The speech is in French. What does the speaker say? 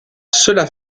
cela